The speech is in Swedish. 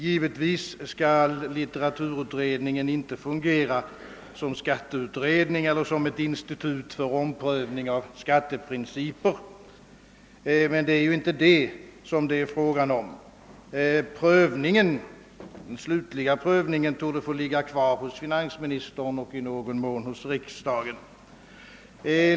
Givetvis skall litteraturutredningen inte fungera som skatteutredning eller som ett institut för omprövning av skatteprinciper, men det är inte fråga om detta. Den slutliga prövningen torde få ligga kvar hos finansministern och i någon mån hos riksdagen.